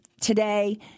today